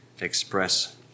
express